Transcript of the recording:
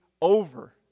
over